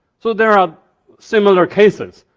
so there are similar cases.